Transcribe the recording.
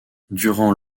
durant